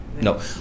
no